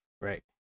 right